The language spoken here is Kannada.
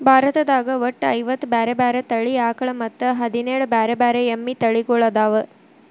ಭಾರತದಾಗ ಒಟ್ಟ ಐವತ್ತ ಬ್ಯಾರೆ ಬ್ಯಾರೆ ತಳಿ ಆಕಳ ಮತ್ತ್ ಹದಿನೇಳ್ ಬ್ಯಾರೆ ಬ್ಯಾರೆ ಎಮ್ಮಿ ತಳಿಗೊಳ್ಅದಾವ